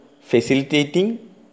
facilitating